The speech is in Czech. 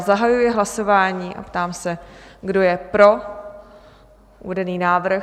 Zahajuji hlasování a ptám se, kdo je pro uvedený návrh?